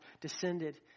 descended